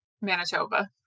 Manitoba